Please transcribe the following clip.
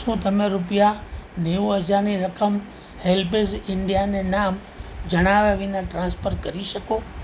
શું તમે રૂપિયા નેવું હજારની રકમ હેલ્પેજ ઇન્ડિયાને નામ જણાવ્યા વિના ટ્રાન્સફર કરી શકો